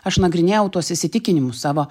aš nagrinėjau tuos įsitikinimus savo